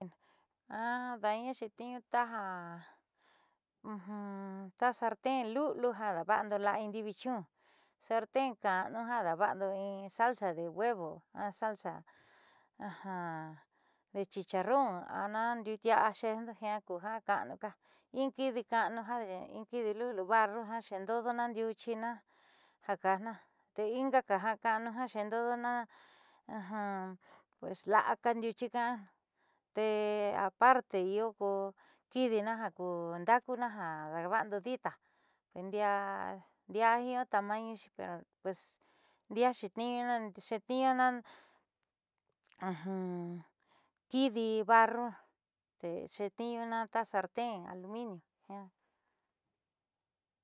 Ada'aña xe'etniiñu taja ta sarten luliu ja daava'ando la'a in ndiiuichun sarten ka'anu ja daava'ando in salsa de huevo a salsa de chicharrón anaahdiuutia'a xe'endo jiaa kuja ka'anuuka in kidi ka'anu in kidi luliu barro jan xe'endo'odona ndiuuxina ja kaajna tee inga ja ka'anuka xe'endo'odona pues la'aka ndiuchi ka'ana tee aparte iio ko kiidina jaku nda'akuna ja daava'ando dita tee ndiaa jiaa tamañuxi pero pues ndiaa xeetniiñuna xeetniiñuna kiidi barro tee xeetniiñuna ta sartén al iniu ja.